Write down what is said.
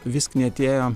vis knietėjo